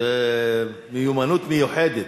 זו מיומנות מיוחדת.